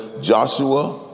Joshua